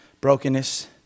brokenness